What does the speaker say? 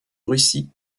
russie